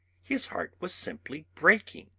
his heart was simply breaking.